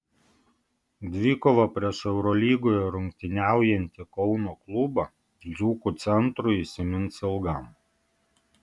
dvikova prieš eurolygoje rungtyniaujantį kauno klubą dzūkų centrui įsimins ilgam